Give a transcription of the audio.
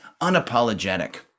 unapologetic